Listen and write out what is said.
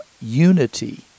unity